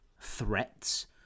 threats